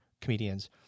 comedians